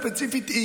ספציפית,